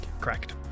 Correct